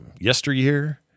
yesteryear